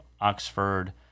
Oxford